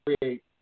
create